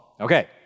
Okay